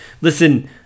Listen